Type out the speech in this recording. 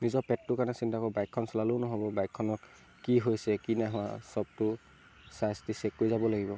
নিজৰ পেটটোৰ কাৰণে চিন্তা কৰিব বাইকখন চলালেও নহ'ব বাইকখনক কি হৈছে কি নাই হোৱা চবটো চাই চিতি চেক কৰি যাব লাগিব